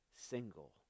single